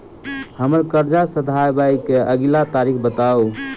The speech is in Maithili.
हम्मर कर्जा सधाबई केँ अगिला तारीख बताऊ?